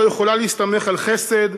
לא יכולה להסתמך על חסד,